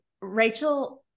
Rachel